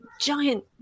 giant